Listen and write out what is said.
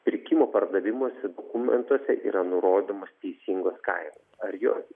pirkimo pardavimo dokumentuose yra nurodomos teisingos kainos ar jos